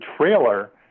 trailer